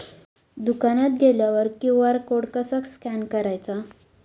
दुकानात गेल्यावर QR code कसा स्कॅन करायचा?